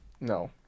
No